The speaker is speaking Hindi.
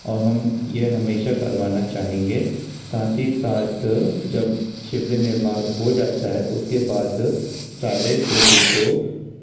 और हम यह हमेशा करवाना चाहेंगे साथ ही साथ जब शिवलिंग निर्माण हो जाता है उसके बाद सारे लोगों को